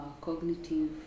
cognitive